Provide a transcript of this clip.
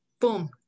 boom